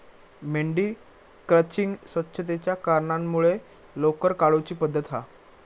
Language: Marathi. मेंढी क्रचिंग स्वच्छतेच्या कारणांमुळे लोकर काढुची पद्धत हा